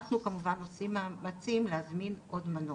אנחנו כמובן עושים מאמצים להזמין עוד מנות.